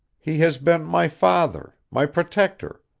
he has been my father, my protector.